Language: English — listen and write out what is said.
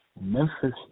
Memphis